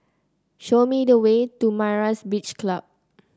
show me the way to Myra's Beach Club